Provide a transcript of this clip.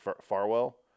Farwell